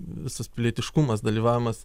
visas pilietiškumas dalyvavimas